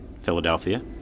Philadelphia